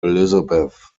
elizabeth